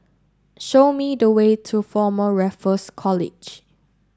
show me the way to Former Raffles College